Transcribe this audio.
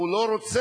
הוא לא רוצה.